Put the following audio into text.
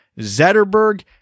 Zetterberg